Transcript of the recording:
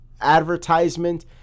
advertisement